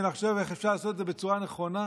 ונחשוב איך אפשר לעשות את זה בצורה נכונה?